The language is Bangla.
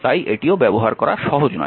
তাই এটিও ব্যবহার করা সহজ নয়